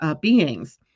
beings